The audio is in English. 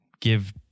give